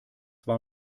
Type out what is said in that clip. war